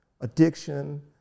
addiction